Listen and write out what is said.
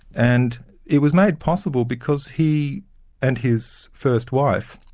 and it was made possible because he and his first wife,